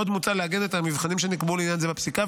עוד מוצע לעגן את המבחנים שנקבעו לעניין זה בפסיקה,